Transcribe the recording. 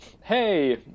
hey